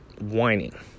whining